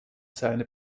seiner